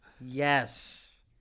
Yes